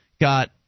got